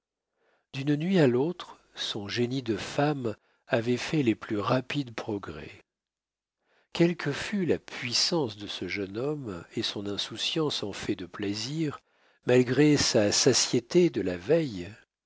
d'une nuit à l'autre son génie de femme avait fait les plus rapides progrès quelle que fût la puissance de ce jeune homme et son insouciance en fait de plaisirs malgré sa satiété de la veille